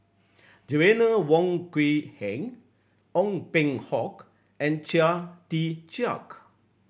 Joanna Wong Quee Heng Ong Peng Hock and Chia Tee Chiak